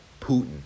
Putin